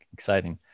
Exciting